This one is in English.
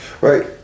Right